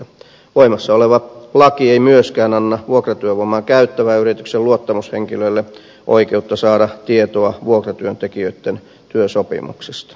voimassa oleva laki ei myöskään anna vuokratyövoimaa käyttävän yrityksen luottamushenkilölle oikeutta saada tietoa vuokratyöntekijöitten työsopimuksista